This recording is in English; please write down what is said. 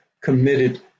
committed